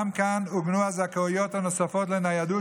גם כאן עוגנו הזכאויות הנוספות לניידות,